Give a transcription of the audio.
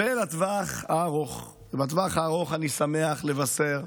בטווח הארוך אני שמח לבשר,